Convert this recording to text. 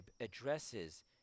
addresses